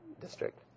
District